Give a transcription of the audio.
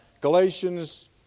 Galatians